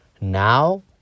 Now